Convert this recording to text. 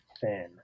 thin